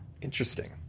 Interesting